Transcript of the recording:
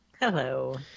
Hello